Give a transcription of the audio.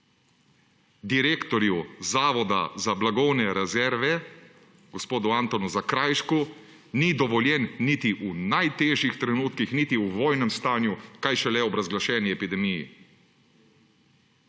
direktorju Zavoda za blagovne rezerve gospodu Antonu Zakrajšku, ni dovoljen niti v najtežjih trenutkih niti v vojnem stanju, kaj šele ob razglašeni epidemiji,